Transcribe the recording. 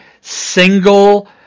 single